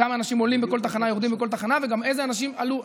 כמה אנשים עולים בכל תחנה ויורדים בכל תחנה וגם אילו אנשים עלו,